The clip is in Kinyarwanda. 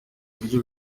buryo